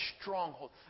stronghold